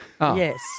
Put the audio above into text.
Yes